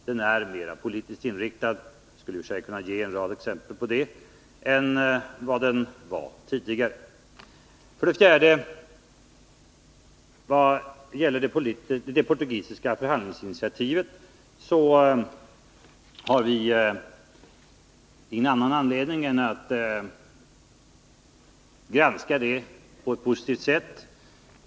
Den är mera politiskt inriktad nu — och jag skulle kunna ge en rad exempel på det — än vad den varit tidigare. 4. I vad gäller det portugisiska förhandlingsinitiativet har vi anledning att granska det på ett positivt sätt.